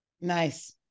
Nice